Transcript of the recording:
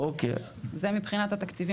זה מבחינת התקציבים.